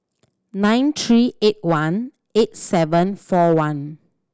nine three eight one eight seven four one